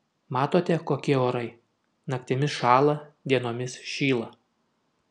matote kokie orai naktimis šąla dienomis šyla